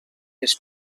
les